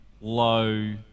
low